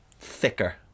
thicker